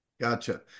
Gotcha